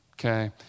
okay